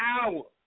hour